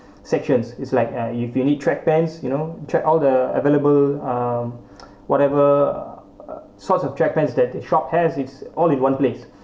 sections it's like uh if you need track pants you know check all the available um whatever uh sort of track pants that their shop has it's all in one place